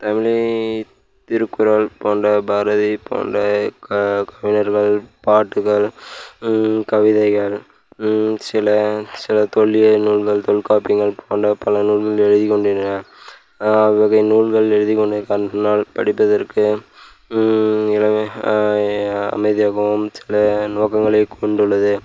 தமிழை திருக்குறள் போன்ற பாரதி போன்ற கவிஞர்கள் பாட்டுகள் கவிதைகள் சில சில தொல்லிய நூல்கள் தொல்காப்பியங்கள் போன்ற பல நூல்கள் எழுதி கொண்டி அவ்வகை நூல்கள் எழுதி கொண்டு படிப்பதற்கு எனவே அமைதியாகவும் சில நோக்கங்களை கொண்டுள்ளது